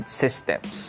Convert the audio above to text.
systems